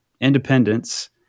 independence